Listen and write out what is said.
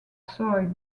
soil